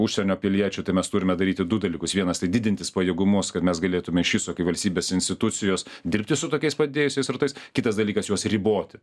užsienio piliečių tai mes turime daryti du dalykus vienas tai didintis pajėgumus kad mes galėtume iš viso kaip valstybės institucijos dirbti su tokiais padidėjusiais srautais kitas dalykas juos riboti